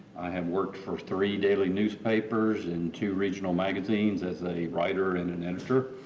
have worked for three daily newspapers and two regional magazines as a writer and an editor.